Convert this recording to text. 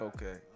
Okay